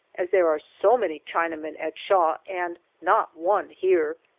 as there are so many chinamen at shaw and not one here.